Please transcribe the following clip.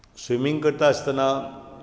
swimming करता आसताना